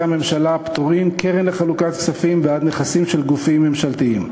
הממשלה (פטורין) (קרן לחלוקת כספים בעד נכסים של גופים ממשלתיים),